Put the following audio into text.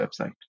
website